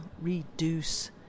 reduce